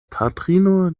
patrino